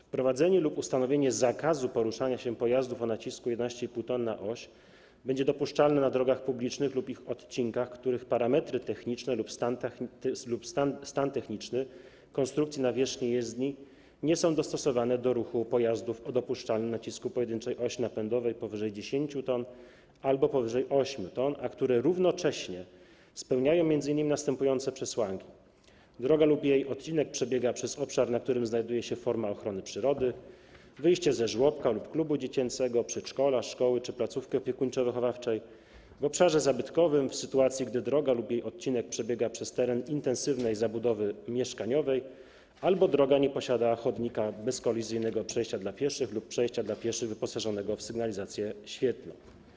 Wprowadzenie lub ustanowienie zakazu poruszania się pojazdów o nacisku 11,5 t na oś będzie dopuszczalne na drogach publicznych lub ich odcinkach, których parametry techniczne lub stan techniczny konstrukcji nawierzchni jezdni nie są dostosowane do ruchu pojazdów o dopuszczalnym nacisku pojedynczej osi napędowej powyżej 10 t albo powyżej 8 t, a które równocześnie spełniają m.in. następujące przesłanki: droga lub jej odcinek przebiega przez obszar, na którym znajduje się forma ochrony przyrody, wyjście ze żłobka lub klubu dziecięcego, przedszkola, szkoły czy placówki opiekuńczo-wychowawczej, w obszarze zabytkowym, w sytuacji gdy droga lub jej odcinek przebiega przez teren intensywnej zabudowy mieszkaniowej albo droga nie posiada chodnika, bezkolizyjnego przejścia dla pieszych lub przejścia dla pieszych wyposażonego w sygnalizację świetlną.